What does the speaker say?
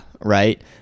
Right